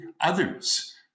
others